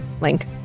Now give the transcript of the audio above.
link